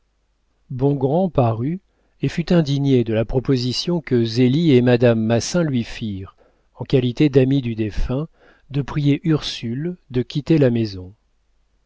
bongrand parut et fut indigné de la proposition que zélie et madame massin lui firent en qualité d'ami du défunt de prier ursule de quitter la maison